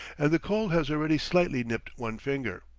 and the cold has already slightly nipped one finger.